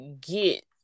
get